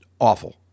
awful